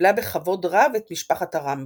וקיבלה בכבוד רב את משפחת הרמב"ם.